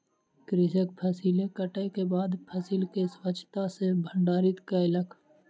कृषक फसिल कटै के बाद फसिल के स्वच्छता सॅ भंडारित कयलक